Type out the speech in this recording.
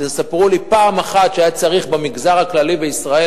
תספרו לי על פעם אחת שהיה צריך במגזר הכללי בישראל